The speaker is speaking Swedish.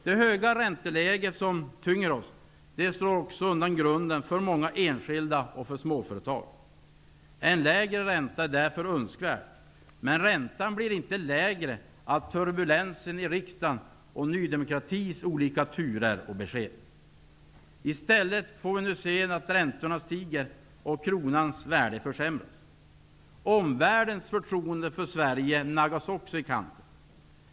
Det höga ränteläget som tynger oss slår undan grunden för många enskilda och för småföretag. En lägre ränta är därför önskvärd, men räntan blir inte lägre av turbulensen i riksdagen och Ny demokratis olika turer och besked. I stället stiger nu räntorna, och kronans värde försämras. Omvärldens förtroende för Sverige naggas också i kanten.